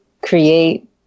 create